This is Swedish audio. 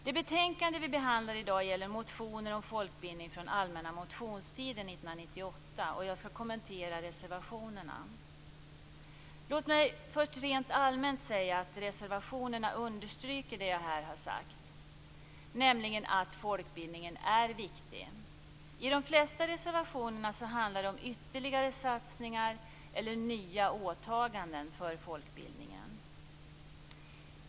Det betänkande vi behandlar i dag gäller motioner om folkbildning från allmänna motionstiden 1998. Jag skall kommentera reservationerna. Låt mig först rent allmänt säga att reservationerna understryker det jag här har sagt, nämligen att folkbildningen är viktig. De flesta reservationerna handlar om ytterligare satsningar eller nya åtaganden för folkbildningen.